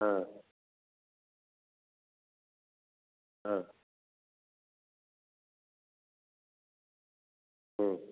হ্যাঁ হ্যাঁ হুম